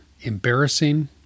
embarrassing